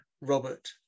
Robert